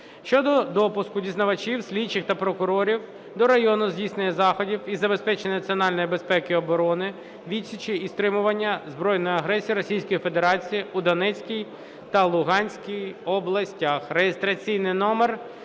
щодо допуску дізнавачів, слідчих та прокурорів до району здійснення заходів із забезпечення національної безпеки і оборони, відсічі і стримування збройної агресії Російської Федерації у Донецькій та Луганській областях